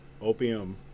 Opium